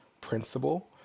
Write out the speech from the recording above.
principle